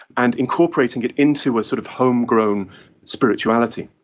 and incorporating it into a sort of homegrown spirituality.